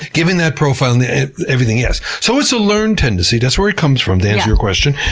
given that profile and everything, yes. so it's a learned tendency. that's where it comes from, to answer your question,